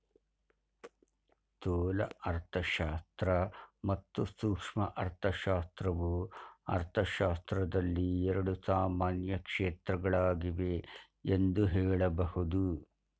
ಸ್ಥೂಲ ಅರ್ಥಶಾಸ್ತ್ರ ಮತ್ತು ಸೂಕ್ಷ್ಮ ಅರ್ಥಶಾಸ್ತ್ರವು ಅರ್ಥಶಾಸ್ತ್ರದಲ್ಲಿ ಎರಡು ಸಾಮಾನ್ಯ ಕ್ಷೇತ್ರಗಳಾಗಿವೆ ಎಂದು ಹೇಳಬಹುದು